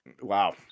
wow